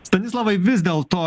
stanislavai vis dėlto